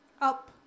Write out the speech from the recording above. Up